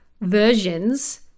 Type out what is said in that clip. versions